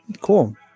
cool